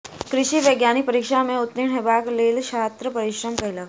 कृषि वैज्ञानिक परीक्षा में उत्तीर्ण हेबाक लेल छात्र परिश्रम कयलक